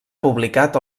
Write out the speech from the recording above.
publicat